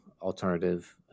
alternative